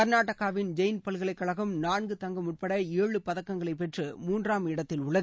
க்நாடகாவின் ஜெயின் பல்கலைக்கழகம் நான்கு தங்கம் உட்பட ஏழு பதக்கங்களை பெற்று மூன்றாம் இடத்தில் உள்ளது